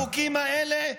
החוקים האלה,